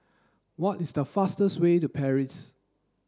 what is the fastest way to Paris